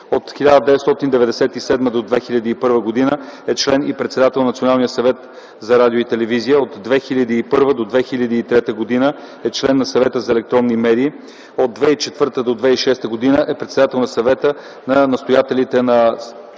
От 1997 до 2001 г. е член и председател на Националния съвет за радио и телевизия. От 2001 до 2003 г. е член на Съвета за електронни медии. От 2004 до 2006 г. е председател на Съвета на настоятелите на